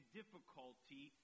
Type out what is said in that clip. difficulty